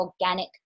organic